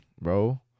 bro